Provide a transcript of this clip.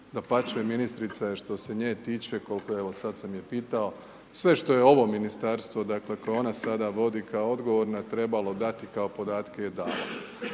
Dapače, ministrica je što se nje tiče, koliko evo, sada sam je pitao, sve što je ovo ministarstvo, dakle koje ona sada vodi kao odgovorna trebalo dati kao podatke je dala.